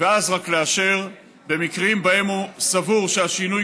ואז רק לאשר במקרים שבהם הוא סבור שהשינוי